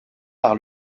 par